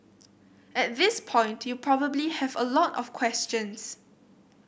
at this point you probably have a lot of questions